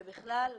ובכלל.